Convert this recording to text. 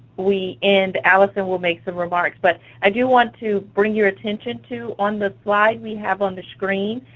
we end, alison will make some remarks. but i do want to bring your attention to, on the slide we have on the screen,